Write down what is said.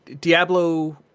Diablo